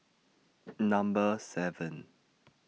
Number seven